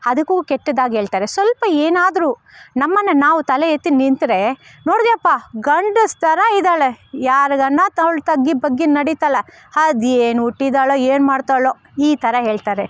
ಅದಕ್ಕೂ ಕೆಟ್ಟದಾಗೇಳ್ತಾರೆ ಸ್ವಲ್ಪ ಏನಾದರೂ ನಮ್ಮನ್ನು ನಾವು ತಲೆ ಎತ್ತಿ ನಿಂತರೆ ನೋಡ್ದ್ಯಪ್ಪ ಗಂಡಸು ಥರ ಇದ್ದಾಳೆ ಯಾರ್ಗಾರು ಅವ್ಳು ತಗ್ಗಿ ಬಗ್ಗಿ ನಡೀತಾಳ ಅದೇನು ಹುಟ್ಟಿದ್ದಾಳೋ ಏನು ಮಾಡ್ತಾಳೋ ಈ ಥರ ಹೇಳ್ತಾರೆ